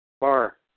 Bar